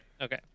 Okay